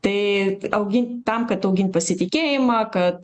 tai augint tam kad augint pasitikėjimą kad